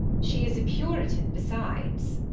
she is a puritan besides